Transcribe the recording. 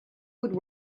would